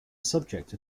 subject